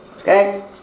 Okay